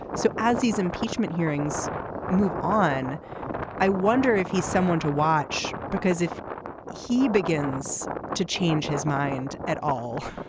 so as these impeachment hearings move on i wonder if he's someone to watch because if he begins to change his mind at all